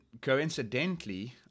coincidentally